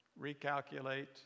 recalculate